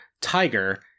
tiger